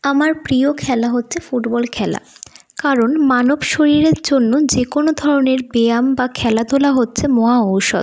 আমার প্রিয় খেলা হচ্ছে ফুটবল খেলা কারণ মানব শরীরের জন্য যে কোনো ধরনের ব্যায়াম বা খেলাধূলা হচ্ছে মহাঔষধ